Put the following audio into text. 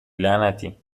لعنتی